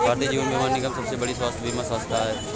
भारतीय जीवन बीमा निगम सबसे बड़ी स्वास्थ्य बीमा संथा है